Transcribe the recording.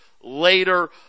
later